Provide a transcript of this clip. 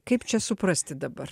kaip čia suprasti dabar